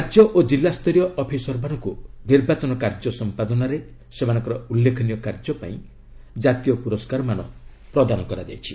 ରାଜ୍ୟ ଓ ଜିଲ୍ଲାସ୍ତରୀୟ ଅଫିସରମାନଙ୍କୁ ନିର୍ବାଚନ କାର୍ଯ୍ୟ ସମ୍ପାଦନାରେ ସେମାନଙ୍କର ଉଲ୍ଲେଖନୀୟ କାର୍ଯ୍ୟ ପାଇଁ ଜାତୀୟ ପୁରସ୍କାରମାନ ପ୍ରଦାନ କରାଯାଇଛି